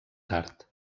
tard